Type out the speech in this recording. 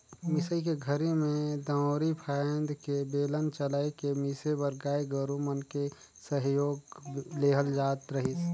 मिसई के घरी में दउंरी फ़ायन्द के बेलन चलाय के मिसे बर गाय गोरु मन के सहयोग लेहल जात रहीस